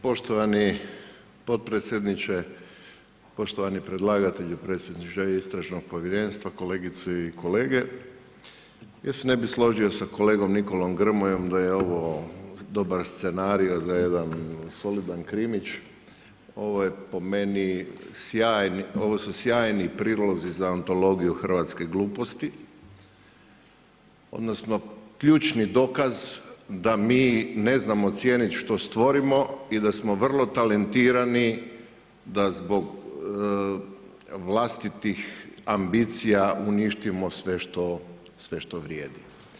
Poštovani potpredsjedniče poštovani predlagatelju predsjedniče Istražnog povjerenstva, kolegice i kolege, ja se ne bi složio sa kolegom Nikolom Grmojom da je ovo dobar scenarij za jedan solidan krimić, ovo je po meni, ovo su sjajni prilozi za analogiju hrvatskih gluposti, odnosno ključni dokaz da mi ne znamo cijeniti što stvorimo i da smo vrlo talentirani da zbog vlastitih ambicija uništimo sve što vrijedi.